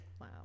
Wow